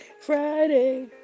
Friday